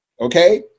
okay